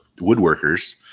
woodworkers